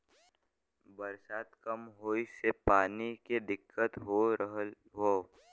बरसात कम होए से पानी के दिक्कत हो रहल हौ